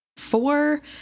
four